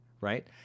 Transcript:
right